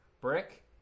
Brick